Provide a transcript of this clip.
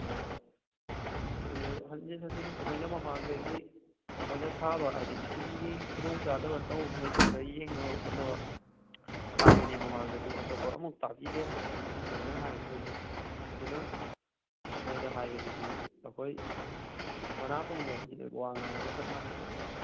ꯍꯣꯏ ꯃꯣꯏꯁꯨ ꯍꯟꯖꯤꯟ ꯍꯟꯖꯤꯟ ꯑꯩꯈꯣꯏꯅ ꯃꯄꯥꯟꯗꯒꯤ ꯑꯩꯈꯣꯏꯅ ꯊꯥꯕ ꯍꯥꯏꯗꯤ ꯏꯁꯤꯡꯒꯤ ꯈꯨꯗꯣꯡ ꯆꯥꯗꯕ ꯇꯧꯕ ꯃꯈꯩꯁꯤ ꯀꯔꯤ ꯌꯦꯡꯅꯕ ꯈꯣꯠꯅꯕ ꯍꯥꯏꯕꯅꯤ ꯃꯃꯥꯡꯗꯁꯨ ꯑꯇꯣꯞꯄ ꯑꯝꯐꯧ ꯇꯥꯕꯤꯗꯦ ꯑꯩꯈꯣꯏꯅ ꯍꯥꯏꯔꯤꯃꯈꯩꯗꯨ ꯑꯗꯨꯅ ꯃꯣꯏꯗ ꯍꯥꯏꯕꯁꯤꯗꯤ ꯑꯩꯈꯣꯏ ꯃꯅꯥ ꯄꯪꯕꯥ ꯃꯤꯗ ꯋꯥ ꯉꯥꯡꯕꯒ ꯆꯞ ꯃꯥꯟꯅꯔꯦ